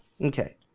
Okay